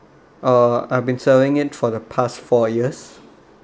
uh I've been serving it for the past four years